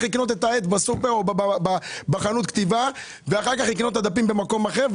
לקנות את העט בחנות ולקנות את הדפים במקום אחר.